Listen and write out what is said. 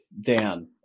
Dan